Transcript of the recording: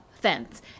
fence